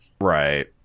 right